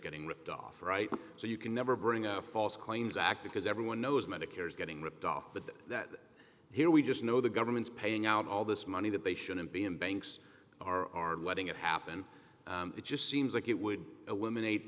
getting ripped off right so you can never bring out false claims act because everyone knows medicare is getting ripped off but that here we just know the government's paying out all this money that they shouldn't be in banks are arm letting it happen it just seems like it would eliminate